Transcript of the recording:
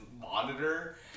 monitor